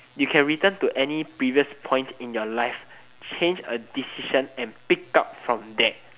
you can return to any previous point in your life change a decision and pick up from there